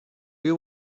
you